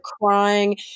crying